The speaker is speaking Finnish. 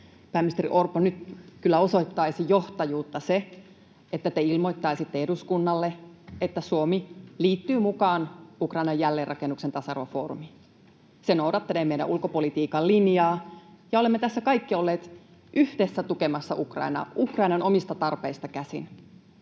Pääministeri Orpo, nyt kyllä osoittaisi johtajuutta se, että te ilmoittaisitte eduskunnalle, että Suomi liittyy mukaan Ukrainan jälleenrakennuksen tasa-arvofoorumiin. Se noudattelee meidän ulkopolitiikan linjaa, ja olemme tässä kaikki olleet yhdessä tukemassa Ukrainaa Ukrainan omista tarpeista käsin.